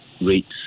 rates